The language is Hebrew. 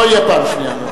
לא תהיה פעם שנייה.